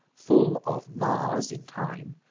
full of mars, in time,